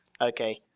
Okay